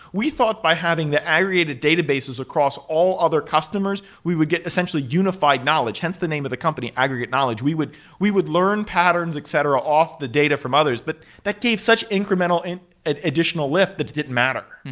we fought by having the aggregated databases across all other customers. we would get essentially unified knowledge, hence the name of the company, aggregate knowledge. we would we would learn patterns, etc, off the data from others, but gave such incremental and ah additional lift that matter.